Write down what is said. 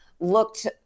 Looked